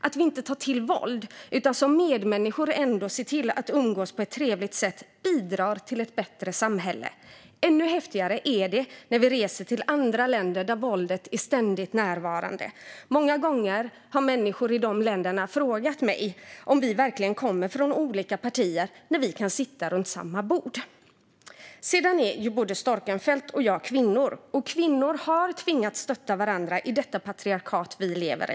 Att vi inte tar till våld utan som medmänniskor ser till att umgås på ett trevligt sätt bidrar till ett bättre samhälle. Ännu häftigare är det när vi reser till andra länder, där våldet är ständigt närvarande. Många gånger har människor i de länderna frågat mig om vi verkligen kommer från olika partier när vi kan sitta runt samma bord. Sedan är ju både Storckenfeldt och jag kvinnor, och kvinnor har tvingats stötta varandra i det patriarkat vi lever i.